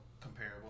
comparable